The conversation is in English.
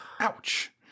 Ouch